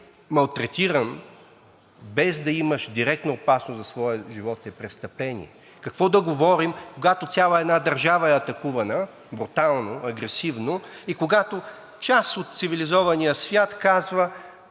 малтретиран, без да имаш директна опасност за своя живот, е престъпление. Какво да говорим, когато цяла една държава е атакувана брутално, агресивно и когато част от цивилизования свят казва: